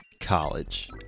College